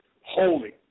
Holy